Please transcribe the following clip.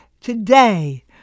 today